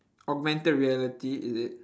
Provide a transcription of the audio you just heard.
augmented reality is it